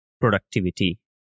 productivity